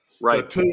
Right